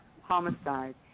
homicide